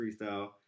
freestyle